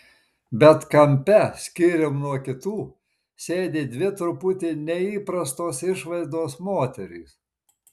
bet kampe skyrium nuo kitų sėdi dvi truputį neįprastos išvaizdos moterys